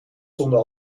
stonden